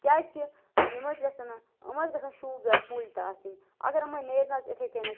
کیٛازِ کہِ یِم حظ گَژھیٚن نہٕ یِم حظ گَژھیٚن شوٗب دار کُلۍ تہٕ آسٕنۍ اگر یِمن نیرِ نا حظ یِتھٔے کٔنۍ